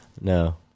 No